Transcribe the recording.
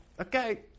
okay